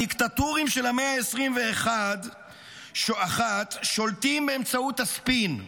הדיקטטורים של המאה ה-21 שולטים באמצעות הספין.